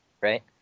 right